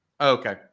Okay